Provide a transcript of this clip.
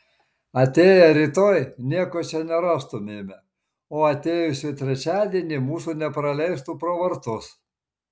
atėję rytoj nieko čia nerastumėme o atėjusių trečiadienį mūsų nepraleistų pro vartus